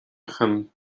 chun